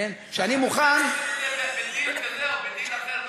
בדיל כזה או בדיל אחר,